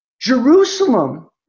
Jerusalem